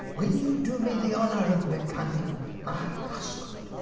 will you do me the honour of becoming my husband?